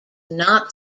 not